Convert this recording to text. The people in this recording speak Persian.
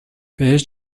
بهش